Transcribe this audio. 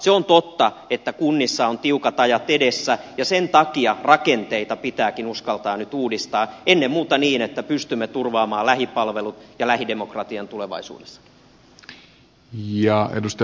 se on totta että kunnissa ovat tiukat ajat edessä ja sen takia rakenteita pitääkin uskaltaa nyt uudistaa ennen muuta niin että pystymme turvaamaan lähipalvelut ja lähidemokratian tulevaisuudessa